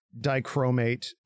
dichromate